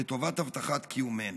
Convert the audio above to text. לטובת הבטחת קיומנו.